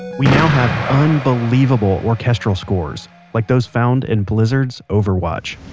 we now have unbelievable orchestral scores, like those found in blizzard's overwatch